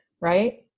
right